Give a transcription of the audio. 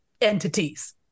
entities